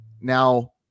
Now